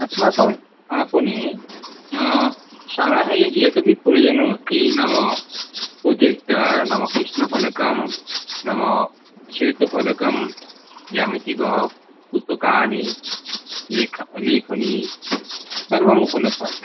अस्माकम् आपणे ये अपि प्रयोजनम् अस्ति नाम पोजेक्टर् नाम कृष्णफलकं नाम श्वेतफलकं ज्यामितिबाक्स् पुस्तकानि लेख लेखनी सर्वम् उपलभ्यन्ते